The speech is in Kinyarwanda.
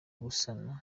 gusana